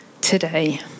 today